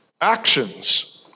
actions